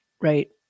Right